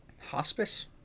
Hospice